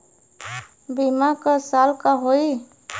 बीमा क साल क होई?